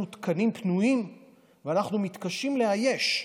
תקנים פנויים ואנחנו מתקשים לאייש.